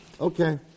Okay